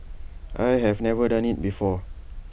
I had never done IT before